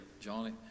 Johnny